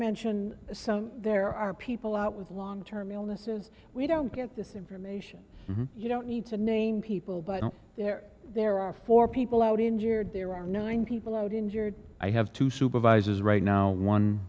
mention so there are people out with long term illnesses we don't get this information you don't need to name people but there are there are four people out injured there are no nine people out injured i have two supervisors right now one